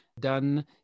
done